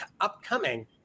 upcoming